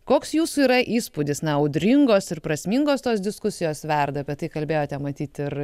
koks jūsų yra įspūdis na audringos ir prasmingos tos diskusijos verda apie tai kalbėjote matyt ir